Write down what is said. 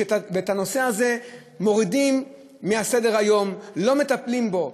ואת הנושא הזה מורידים מסדר-היום, לא מטפלים בו.